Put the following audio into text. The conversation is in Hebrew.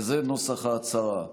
וזה נוסח ההצהרה: